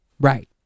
Right